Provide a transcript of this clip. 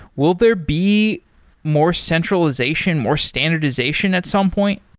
will there be more centralization, more standardization at some point?